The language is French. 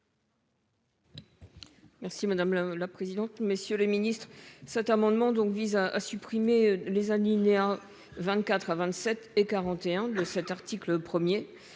Merci madame la présidente. Monsieur le Ministre, cet amendement donc vise à supprimer les alinéas 24 à 27 et 41 de cet article 1er.